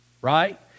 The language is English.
right